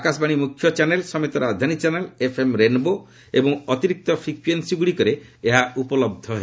ଆକାଶବାଣୀ ମୁଖ୍ୟ ଚ୍ୟାନେଲ ସମେତ ରାଜଧାନୀ ଚ୍ୟାନେଲ ଏଫଏମ୍ ରେନ୍ବୋ ଏବଂ ଅତିରିକ୍ତ ଫ୍ରିକ୍ସେନ୍ସିରେ ଏହା ଉପଲହ୍ଧ ହେବ